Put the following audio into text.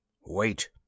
Wait